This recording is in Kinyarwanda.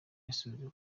yasubije